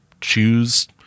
choose